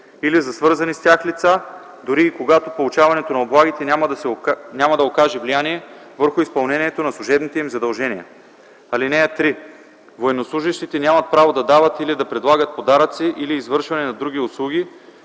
или за свързани с тях лица, дори и когато получаването на облагите няма да окаже влияние върху изпълнението на служебните им задължения. (3) Военнослужещите нямат право да дават или да предлагат подаръци или извършване на други услуги,